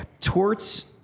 Torts